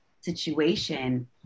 situation